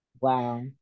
Wow